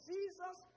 Jesus